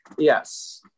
Yes